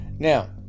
Now